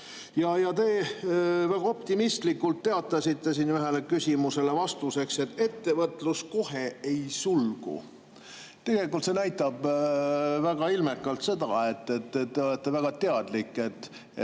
Te väga optimistlikult teatasite siin ühele küsimusele vastates, et ettevõtlus kohe ei sulgu. Tegelikult see näitab väga ilmekalt seda, et te olete väga teadlik,